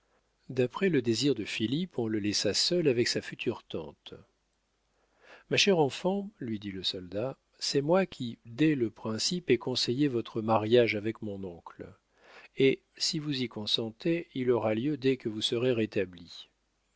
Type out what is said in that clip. d'après le désir de philippe on le laissa seul avec sa future tante ma chère enfant lui dit le soldat c'est moi qui dès le principe ai conseillé votre mariage avec mon oncle et si vous y consentez il aura lieu dès que vous serez rétablie